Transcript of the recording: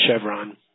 Chevron